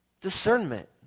discernment